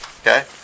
Okay